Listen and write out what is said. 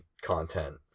content